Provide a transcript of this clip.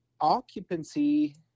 occupancy